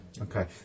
Okay